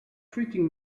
treating